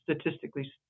statistically